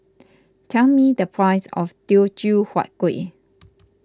tell me the price of Teochew Huat Kueh